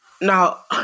Now